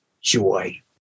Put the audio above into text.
joy